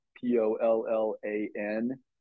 P-O-L-L-A-N